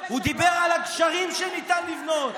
הוא דיבר על הגשרים שניתן לבנות.